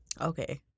Okay